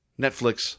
Netflix